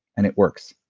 and it works.